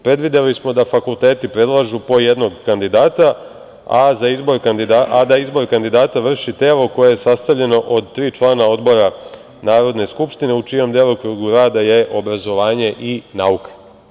Predvideli smo da fakulteti predlažu po jednog kandidata, a da izbor kandidata vrši telo koje je sastavljeno od tri člana odbora Narodne skupštine u čijem delokrugu rada je obrazovanje i nauka.